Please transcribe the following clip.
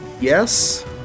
Yes